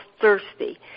thirsty